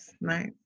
nice